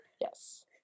Yes